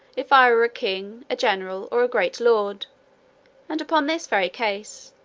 if i were a king, a general, or a great lord and upon this very case,